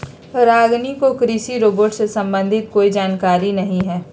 रागिनी को कृषि रोबोट से संबंधित कोई जानकारी नहीं है